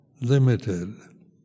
limited